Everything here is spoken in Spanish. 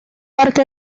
parte